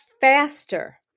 faster